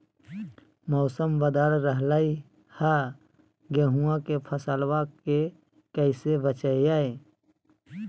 मौसम बदल रहलै है गेहूँआ के फसलबा के कैसे बचैये?